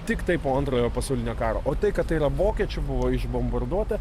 tiktai po antrojo pasaulinio karo o tai kad tai yra vokiečių buvo išbombarduota